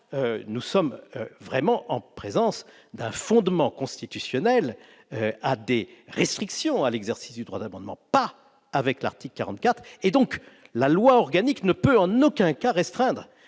Nous sommes alors en présence d'un véritable fondement constitutionnel des restrictions à l'exercice du droit d'amendement. Pas avec l'article 44 de la Constitution ! La loi organique ne peut en aucun cas restreindre